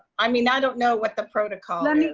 i mean i don't know what the protocol i mean